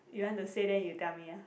you want to say then you tell me ah